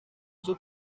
sus